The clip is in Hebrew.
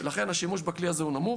ולכן השימוש בכלי הזה הוא נמוך.